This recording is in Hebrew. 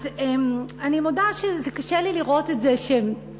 אז אני מודה שקשה לי לראות את זה שאין